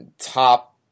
top